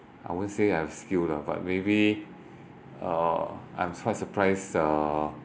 I won't say I've skill lah but maybe uh I'm quite surprised uh